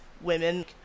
women